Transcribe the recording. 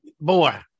boy